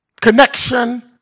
connection